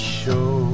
show